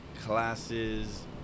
classes